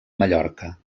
mallorca